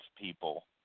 people